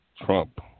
Trump